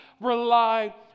rely